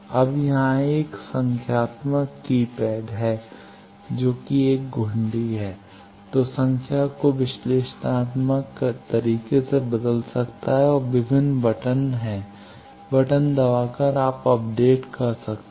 अब यहाँ एक संख्यात्मक कीपैड है तो 1 घुंडी है जो संख्या को विश्लेषणात्मक तरीके से बदल सकता है और विभिन्न बटन हैं बटन दबाकर आप अपडेट कर सकते हैं